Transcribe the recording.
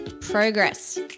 progress